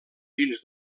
dins